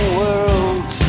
world